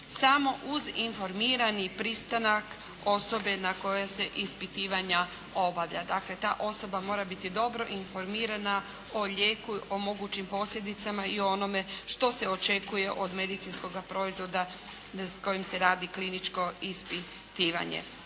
samo uz informirani pristanak osobe na koje se ispitivanja obavlja. Dakle ta osoba mora biti dobro informirana o lijeku, o mogućim posljedicama i o onome što se očekuje od medicinskoga proizvoda s kojim se radi kliničko ispitivanje.